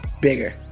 bigger